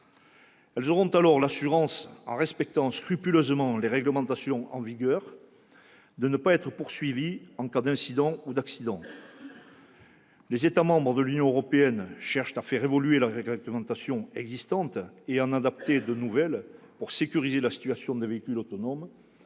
Elles auront alors l'assurance, si elles respectent scrupuleusement les réglementations en vigueur, de ne pas être poursuivies en cas d'incident ou d'accident. Les États membres de l'Union européenne cherchent à faire évoluer les réglementations existantes et à en adopter de nouvelles pour sécuriser la situation des véhicules autonomes